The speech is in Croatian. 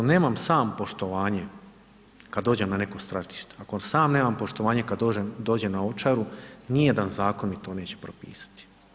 Ako nemam sam poštovanje kad dođem na neko stratište, ako sam nemam poštovanje kad dođem na Ovčaru, nijedan zakon mi to neće propisati.